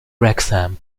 wrexham